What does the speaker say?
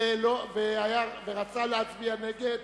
והוא רצה להצביע נגד.